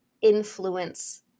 influence